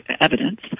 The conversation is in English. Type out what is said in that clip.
evidence